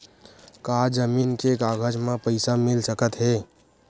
का जमीन के कागज म पईसा मिल सकत हे?